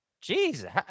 Jesus